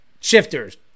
Shifters